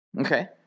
okay